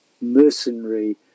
mercenary